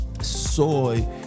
soy